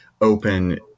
open